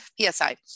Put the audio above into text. PSI